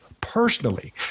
personally